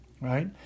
Right